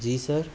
जी sir